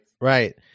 right